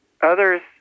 Others